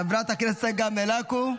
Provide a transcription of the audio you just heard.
חברת הכנסת צגה מלקו,